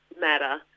matter